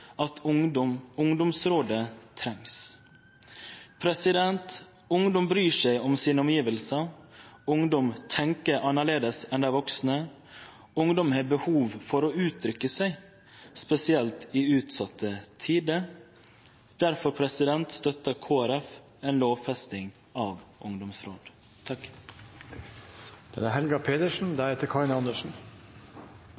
at ungdomsrådet trengst. Ungdom bryr seg om omgjevnadene sine, ungdom tenkjer annleis enn dei vaksne, ungdom har behov for å uttrykkje seg, spesielt i utsette tider. Difor støttar Kristeleg Folkeparti ei lovfesting av ungdomsråd.